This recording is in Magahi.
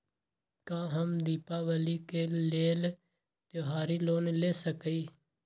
का हम दीपावली के लेल त्योहारी लोन ले सकई?